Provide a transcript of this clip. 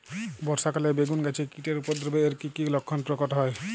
বর্ষা কালে বেগুন গাছে কীটের উপদ্রবে এর কী কী লক্ষণ প্রকট হয়?